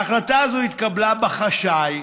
ההחלטה הזאת התקבלה בחשאי,